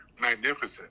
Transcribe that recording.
magnificent